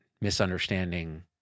misunderstanding